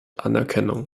anerkennung